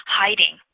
hiding